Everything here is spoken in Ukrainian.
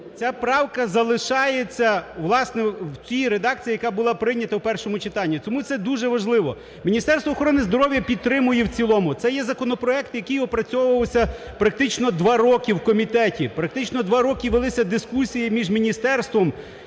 Ця правка залишається, власне, в цій редакції, яка була прийнята в першому читанні. Тому це дуже важливо. Міністерство охорони здоров'я підтримує в цілому. Це є законопроект, який опрацьовувався практично два роки в комітеті, практично два роки велися дискусії між міністерством